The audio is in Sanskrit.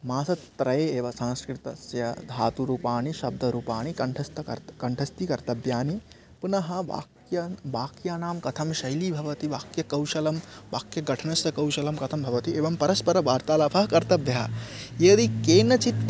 मासत्रये एव संस्कृतस्य धातुरुपाणि शब्दरुपाणि कण्ठस्थीकर्तुं कण्ठस्थीकर्तव्यानि पुनः वाक्यानि वाक्यानां कथं शैलीभवति वाक्यकौशलं वाक्यगठनस्य कौशलं कथं भवति एवं परस्परं वार्तालापः कर्तव्यः यदि केनचित्